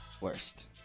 worst